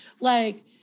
like-